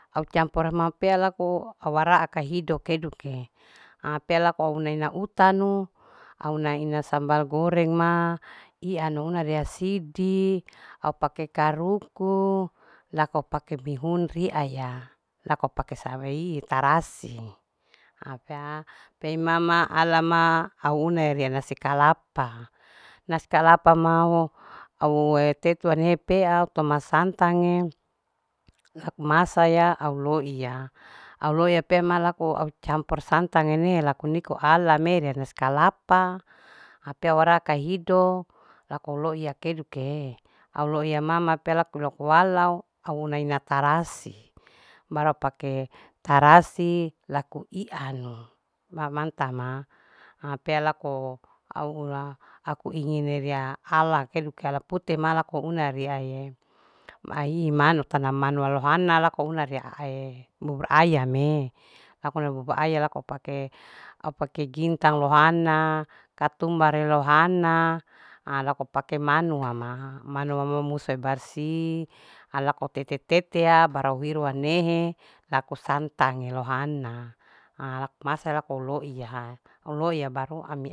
Au campura ma pea lako au waraaka hido keduke ha pea lakou neina utanu au naina sambal goreng ma ianu ria una sidi au pake karuku lako pake bihun riaya lako pake sareie tarasi au pea pei mama alama au une rea nasi kalapa nasi kalapa mao aue tetue au nepea. au toma santage aku samaya au loiya. au loiya pe ema lako au campur santange peene laku niko alame rea nasi kalapa ape ora kahidu lako lou iya kedukee au loiya mama pe laku loku iya alao au neina tarasi bara upake tarasi laku ianu mamanta ma ha pea lako au uwa aku ingine rerea ala keduke ala pute ma lako une riaie ai manu tanamanu lohana lako une rea ae bubur ayame lakona bubur ayam lako pake au pake gintang lohana katumbare lohana ha loko pake manuama. manua musa barsi alako tete tetea baru owiru wanehe lako santange lohana ha laku masa loko lou iya au loiya baru ami.